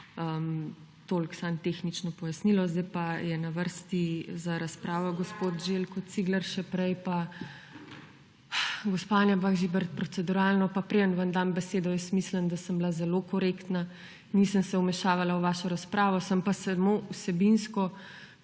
Samo tehnično pojasnilo. Zdaj pa je na vrsti za razpravo gospod Željko Cigler, še prej pa gospa Anja Bah Žibert proceduralno. Preden vam dam besedo. Mislim, da sem bila zelo korektna, nisem se vmešavala v vašo razpravo, sem pa samo vsebinsko